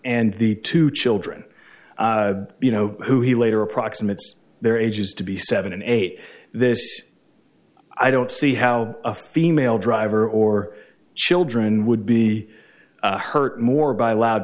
and the two children you know who he later approximates their ages to be seven and eight this i don't see how a female driver or children would be hurt more by loud